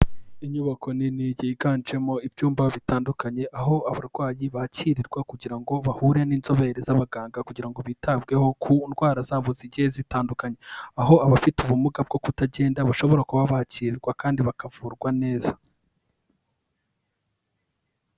Inyubako nini yiganjemo ibyumba bitandukanye, aho abarwayi bakirirwa kugira ngo bahure n'inzobere z'abaganga, kugira bitabweho ku ndwara zabo zigiye zitandukanye. Aho abafite ubumuga bwo kutagenda bashobora kuba bakirwa kandi bakavurwa neza.